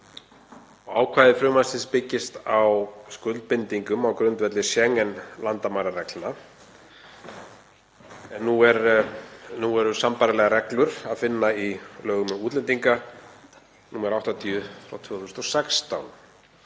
Ákvæði frumvarpsins byggist á skuldbindingum á grundvelli Schengen-landamærareglna. Nú er sambærilegar reglur að finna í lögum um útlendinga, nr. 80/2016,